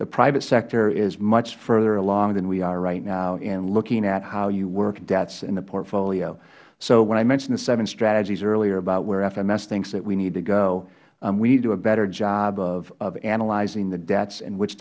the private sector is much further along than we are right now in looking at how you work debts in the portfolio so when i mentioned the seven strategies earlier about where fms thinks that we need to go we need to do a better job of analyzing the debts and which